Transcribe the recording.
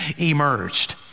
emerged